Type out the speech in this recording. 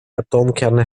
atomkerne